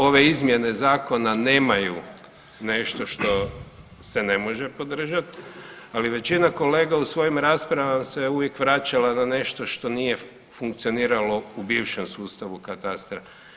Ove izmjene zakona nemaju nešto se ne može podržat, ali većina kolega u svojim raspravama se uvijek vraćala na nešto što nije funkcioniralo u bivšem sustavu katastra.